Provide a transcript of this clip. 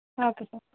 okay sir